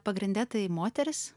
pagrinde tai moteris